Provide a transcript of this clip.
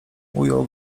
ujął